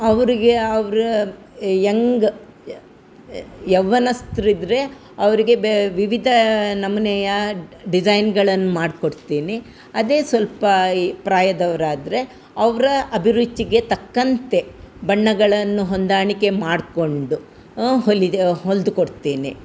ಅವರಿಗೆ ಅವರ ಯಂಗ್ ಯೌವ್ವನಸ್ಥ್ರಿದ್ದರೆ ಅವರಿಗೆ ಬೇ ವಿವಿಧ ನಮ್ನೆಯಾ ಡಿಸೈನ್ಗಳನ್ನ ಮಾಡ್ಕೊಡ್ತೀನಿ ಅದೇ ಸ್ವಲ್ಪ ಈ ಪ್ರಾಯದವರಾದರೆ ಅವರ ಅಭಿರುಚಿಗೆ ತಕ್ಕಂತೆ ಬಣ್ಣಗಳನ್ನು ಹೊಂದಾಣಿಕೆ ಮಾಡ್ಕೊಂಡು ಹೊಲಿದಾ ಹೊಲ್ದ ಕೊಡ್ತೇನೆ